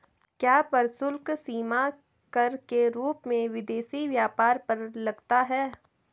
क्या प्रशुल्क सीमा कर के रूप में विदेशी व्यापार पर लगता है?